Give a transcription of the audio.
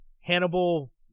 Hannibal